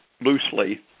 loosely